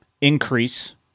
increase